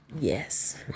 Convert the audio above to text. Yes